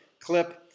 clip